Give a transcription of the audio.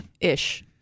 Ish